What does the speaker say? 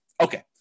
Okay